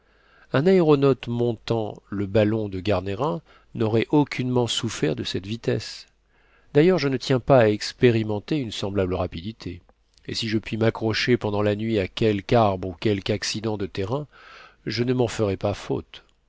un aéronaute montant le ballon de garnerin n'aurait aucunement souffert de cette vitesse d'ailleurs je ne tiens pas à expérimenter une semblable rapidité et si je puis m'accrocher pendant la nuit à quelque arbre ou quelque accident de terrain je ne m'en ferai pas faute